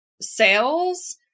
sales